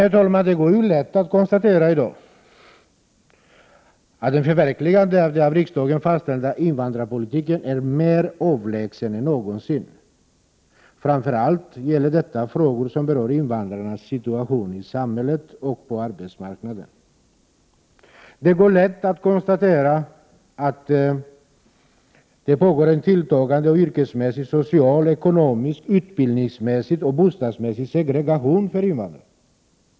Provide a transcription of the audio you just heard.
Herr talman! Det är lätt att i dag konstatera att ett förverkligande av den av riksdagen fastställda invandrarpolitiken är mer avlägsen än någonsin; framför allt gäller detta frågor som berör invandrarnas situation i samhället och på arbetsmarknaden. Det är lätt att konstatera att det pågår en tilltagande yrkesmässig, socialt och ekonomiskt, utbildningsmässig och bostadsmässig segregation av invandrarna.